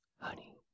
honey